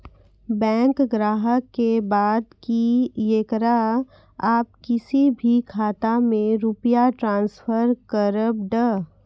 Bank ग्राहक के बात की येकरा आप किसी भी खाता मे रुपिया ट्रांसफर करबऽ?